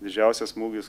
didžiausias smūgis